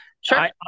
Sure